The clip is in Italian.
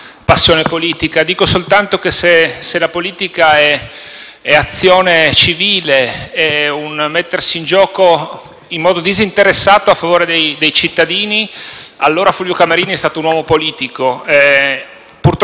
passione politica. Se la politica è azione civile ed è mettersi in gioco in modo disinteressato a favore dei cittadini, allora Fulvio Camerini è stato un uomo politico.